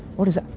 what is